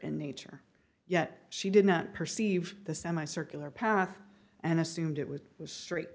in nature yet she did not perceive the semi circular path and assumed it was straight